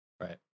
Right